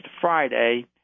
Friday